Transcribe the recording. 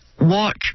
watch